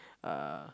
uh